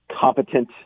competent